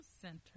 Center